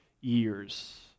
years